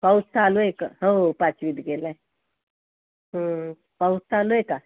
पाऊस चालू आहे का हो हो पाचवीत गेला आहे पाऊस चालू आहे का